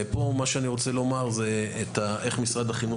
מה שאני רוצה לומר זה איך משרד החינוך